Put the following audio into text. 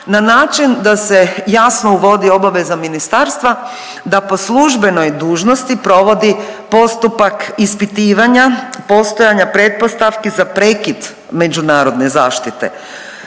na način da se jasno uvodi obaveza ministarstva da po službenoj dužnosti provodi postupak ispitivanja, postojanja pretpostavki za prekid međunarodne zaštite.